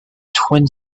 twin